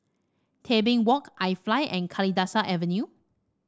Tebing Walk IFly and Kalidasa Avenue